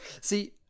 See